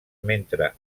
mentre